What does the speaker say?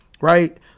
right